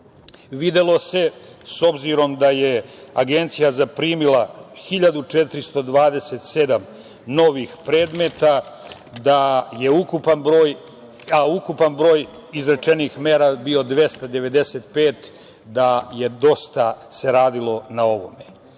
Videlo se, s obzirom da je Agencija zaprimila 1427 novih predmeta, da je ukupan broj izrečenih mera bio 295, da se dosta radilo na ovome.